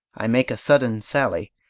i make a sudden sally,